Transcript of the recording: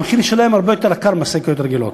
המחיר שלהן הרבה יותר גבוה משל השקיות הרגילות,